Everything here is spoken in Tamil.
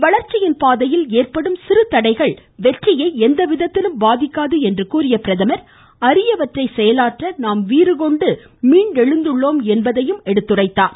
வளர்ச்சியின் பாதையில் ஏற்படும் சிறு தடைகள் வெற்றியை எவ்விதத்திலும் பாதிக்காது என்று கூறிய பிரதமர் அரியவற்றை செயலாற்ற நாம் வீறு கொண்டு மீண்டெழுந்துள்ளோம் என்று சுட்டிக்காட்டினார்